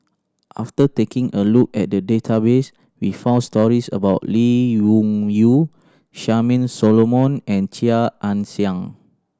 after taking a look at the database we found stories about Lee Wung Yew Charmaine Solomon and Chia Ann Siang